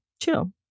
Chill